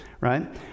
Right